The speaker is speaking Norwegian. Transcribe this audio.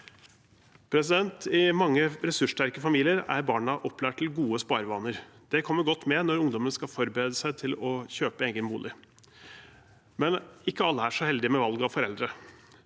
medfører. I mange ressurssterke familier er barna opplært til gode sparevaner. Det kommer godt med når ungdommene skal forberede seg til å kjøpe egen bolig. Men ikke alle er så heldige med valg av foreldre.